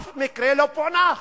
אף מקרה לא פוענח.